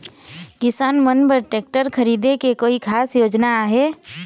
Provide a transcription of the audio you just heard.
किसान मन बर ट्रैक्टर खरीदे के कोई खास योजना आहे?